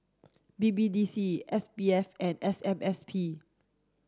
B B D C S P F and S M S P